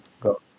go